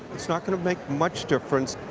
it's not going to make much difference.